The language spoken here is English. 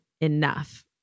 enough